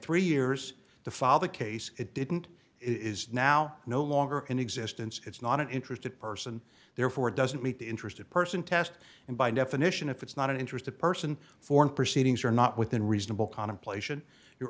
three years to fall the case it didn't is now no longer in existence it's not an interesting person therefore doesn't meet the interested person test and by definition if it's not an interested person foreign proceedings are not within reasonable